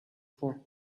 for